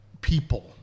people